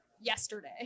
yesterday